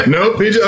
Nope